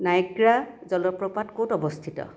Niagara জলপ্ৰপাত ক'ত অৱস্থিত